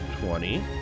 twenty